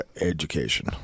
education